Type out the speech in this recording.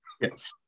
Yes